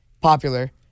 popular